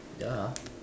ya